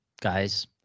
guys